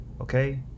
okay